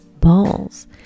balls